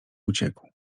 uciekł